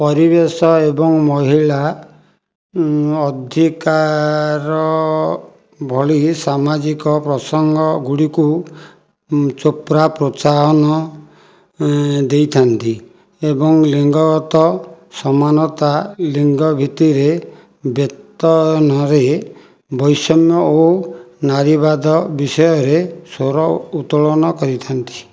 ପରିବେଶ ଏବଂ ମହିଳା ଅଧିକାର ଭଳି ସାମାଜିକ ପ୍ରସଙ୍ଗ ଗୁଡ଼ିକୁ ଇ ଚୋପ୍ରା ପ୍ରୋତ୍ସାହନ ଦେଇଥାନ୍ତି ଏବଂ ଲିଙ୍ଗଗତ ସମାନତା ଲିଙ୍ଗ ଭିତ୍ତିରେ ବେତନରେ ବୈଷମ୍ୟ ଓ ନାରୀବାଦ ବିଷୟରେ ସ୍ୱର ଉତ୍ତୋଳନ କରିଥାନ୍ତି